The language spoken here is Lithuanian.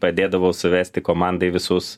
padėdavau suvesti komandai visus